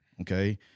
okay